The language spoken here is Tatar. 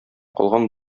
калган